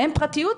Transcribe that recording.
אין פרטיות?